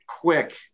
quick